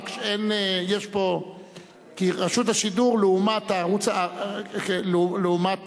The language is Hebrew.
כי רשות השידור, לעומת